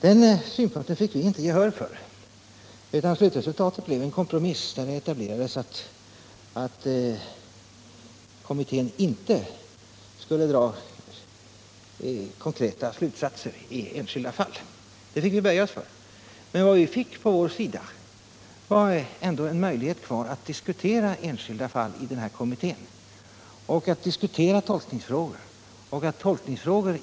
Den synpunkten fick vi inte gehör för, utan resultatet blev till sist en kompromiss, där det etablerades att kommittén inte skulle dra konkreta slutsatser i enskilda fall. Det fick vi böja oss för. Men vi fick ändå en möjlighet att i denna kommitté diskutera enskilda fall och tolkningsfrågor.